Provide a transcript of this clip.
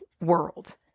world